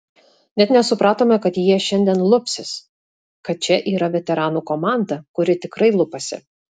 net nesupratome kad jie šiandien lupsis kad čia yra veteranų komanda kuri tikrai lupasi